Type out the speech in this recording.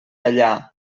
allà